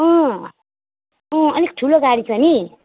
अँ अँ अलिक ठुलो गाडी छ नि